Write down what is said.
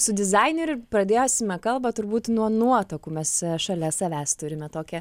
su dizaineriu pradėsime kalbą turbūt nuo nuotakų mes šalia savęs turime tokią